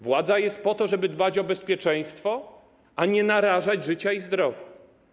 Władza jest po to, żeby dbać o bezpieczeństwo, a nie narażać życia i zdrowia.